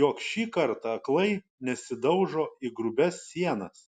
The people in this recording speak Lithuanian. jog šį kartą aklai nesidaužo į grubias sienas